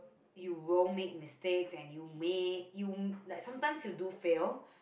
you will make mistakes and you may you like sometimes you do fail